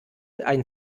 einen